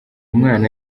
umwana